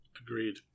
Agreed